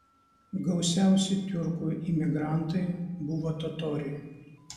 gausiausi tiurkų imigrantai buvo totoriai